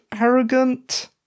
arrogant